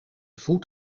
voet